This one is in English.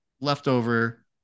leftover